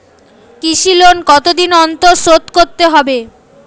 কৃষি লোন কতদিন অন্তর শোধ করতে হবে?